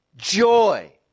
Joy